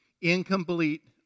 Incomplete